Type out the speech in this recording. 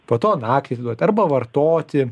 po to naktį atiduot arba vartoti